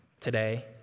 today